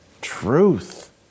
truth